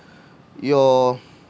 your